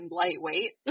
lightweight